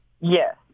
Yes